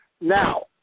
Now